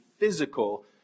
physical